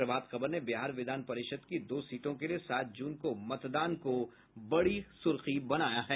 प्रभात खबर ने बिहार विधान परिषद की दो सीटों के लिए सात जून को मतदान को बड़ी सुर्खी बनाया है